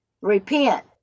Repent